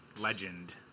legend